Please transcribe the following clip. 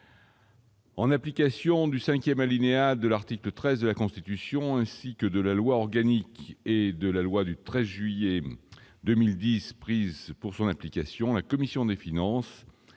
En application du 5ème alinéa de l'article 13 de la Constitution, ainsi que de la loi organique et de la loi du 13 juillet 2010 prises pour son application, la commission des finances,